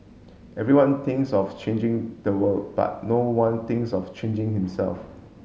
everyone thinks of changing the world but no one thinks of changing himself